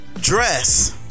dress